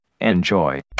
Enjoy